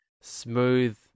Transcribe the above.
smooth